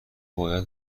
باید